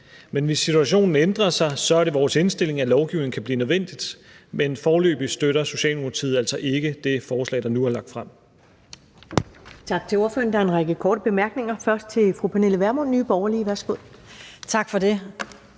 Men hvis situationen ændrer sig, så er det vores indstilling, at lovgivning kan blive nødvendigt, men foreløbig støtter Socialdemokratiet altså ikke det forslag, der nu er lagt frem.